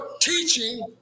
teaching